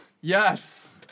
Yes